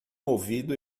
ouvido